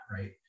right